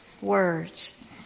words